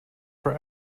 for